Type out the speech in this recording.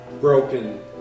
broken